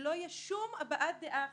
שלא תהיה שום הבעת דעה אחרת,